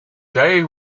day